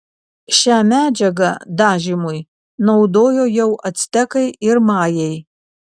šią medžiagą dažymui naudojo jau actekai ir majai